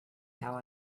how